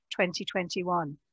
2021